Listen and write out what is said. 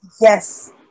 Yes